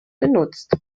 genutzt